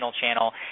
channel